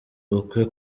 ubukwe